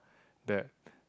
that